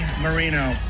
Marino